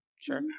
sure